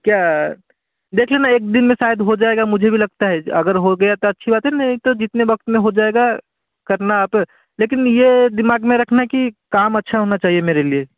क्या देखिये ना एक दिन में शायद हो जाएगा मुझे भी लगता है अगर हो गया तो अच्छी बात है नहीं तो जितने वक्त में हो जाएगा करना आप लेकिन ये दिमाग में रखना की काम अच्छा होना चाहिये मेरे लिए